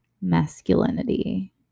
masculinity